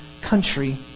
country